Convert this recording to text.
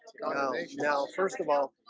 now first of all,